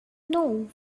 know